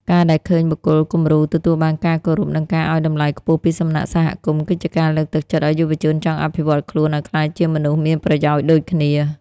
ការដែលឃើញបុគ្គលគំរូទទួលបានការគោរព និងការឱ្យតម្លៃខ្ពស់ពីសំណាក់សហគមន៍ គឺជាការលើកទឹកចិត្តឱ្យយុវជនចង់អភិវឌ្ឍខ្លួនឱ្យក្លាយជាមនុស្សមានប្រយោជន៍ដូចគ្នា។